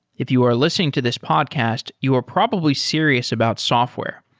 if you are listening to this podcast, you are probably serious about software.